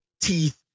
teeth